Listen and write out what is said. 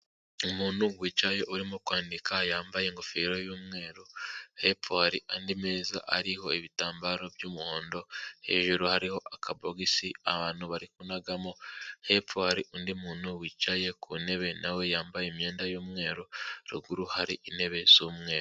Umuntu wicaye urimo kwandika yambaye ingofero y'umweru. Hepfo hari andi meza ariho ibitambaro by'umuhondo hejuru hariho akabogisi abantu bari kunagamo. Hepfo hari undi muntu wicaye ku ntebe nawe yambaye imyenda y'umweru ruguru hari intebe z'umweru.